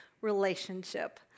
relationship